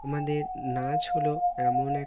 আমাদের নাচ হলো এমন এক